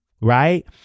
right